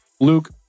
Luke